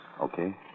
okay